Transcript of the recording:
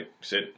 sit